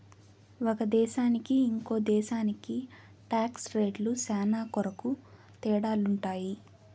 ఒక దేశానికి ఇంకో దేశానికి టాక్స్ రేట్లు శ్యానా కొరకు తేడాలుంటాయి